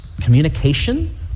communication